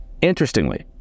Interestingly